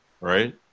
right